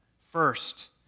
first